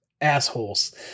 assholes